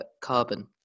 carbon